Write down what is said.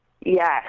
yes